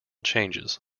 changes